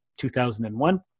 2001